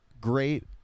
great